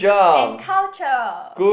and culture